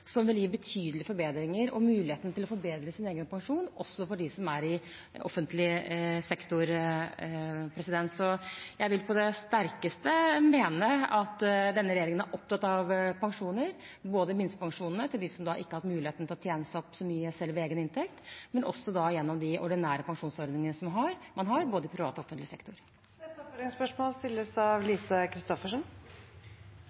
som vil gi betydelige forbedringer og muligheten til å forbedre egen pensjon, også for dem som er i offentlig sektor. Jeg vil på det sterkeste mene at denne regjeringen er opptatt av pensjoner, både minstepensjonene til dem som ikke har hatt muligheten til å tjene seg opp så mye selv ved egen inntekt, og de ordinære pensjonsordningene man har, både i offentlig og i privat sektor. Lise Christoffersen – til oppfølgingsspørsmål.